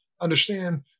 understand